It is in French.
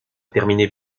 terminé